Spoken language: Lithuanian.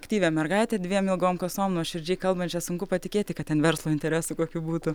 aktyvią mergaitę dviem ilgom kasom nuoširdžiai kalbančią sunku patikėti kad ten verslo interesų kokių būtų